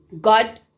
god